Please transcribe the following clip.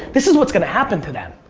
this is what's going to happen to them.